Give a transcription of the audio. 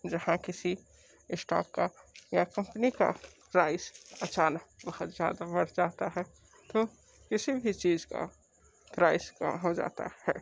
जहाँ किसी इस्टॉक का या कंपनी का प्राइस अचानक बहुत ज़्यादा बढ़ जाता है तो किसी भी चीज का प्राइस कम हो जाता है